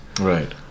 Right